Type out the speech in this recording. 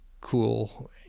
cool